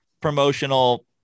Promotional